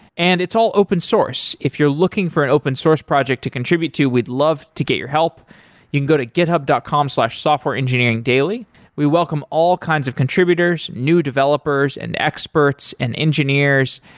and it's all open source. if you're looking for an open source project to contribute to, we'd love to get your help you can go to github dot com slash softwareengineeringdaily. we welcome all kinds of contributors, new developers and experts and engineers,